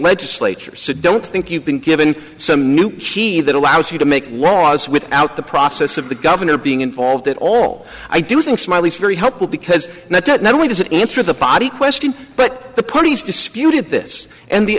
legislatures don't think you've been given some new key that allows you to make laws without the process of the governor being involved at all i do think smiley's very helpful because not only does it answer the body question but the parties disputed this and the